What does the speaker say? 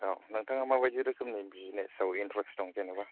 औ नोंथाङा माबायदि रोखोमनि बिजनेसआव इनट्रेस्ट दं जेनेबा